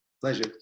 Pleasure